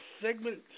segment